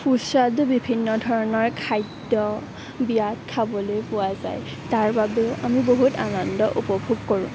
সুস্বাদো বিভিন্ন ধৰণৰ খাদ্য বিয়াত খাবলৈ পোৱা যায় তাৰ বাবেও আমি বহুত আনন্দ উপভোগ কৰোঁ